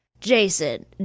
Jason